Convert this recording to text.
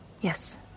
Yes